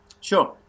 Sure